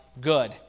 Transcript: good